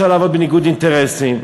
ואי-אפשר לעבוד בניגוד אינטרסים,